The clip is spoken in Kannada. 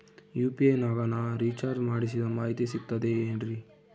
ಯು.ಪಿ.ಐ ನಾಗ ನಾ ರಿಚಾರ್ಜ್ ಮಾಡಿಸಿದ ಮಾಹಿತಿ ಸಿಕ್ತದೆ ಏನ್ರಿ?